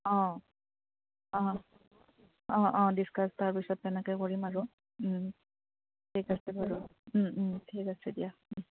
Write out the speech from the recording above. অঁ অঁ অঁ অঁ ডিচকাছ তাৰপিছত তেনেকে কৰিম আৰু ঠিক আছে বাৰু ঠিক আছে দিয়া